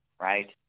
Right